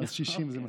אז 60 זה מספיק.